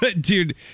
Dude